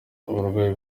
abarwayi